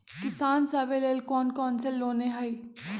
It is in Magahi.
किसान सवे लेल कौन कौन से लोने हई?